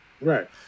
Right